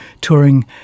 touring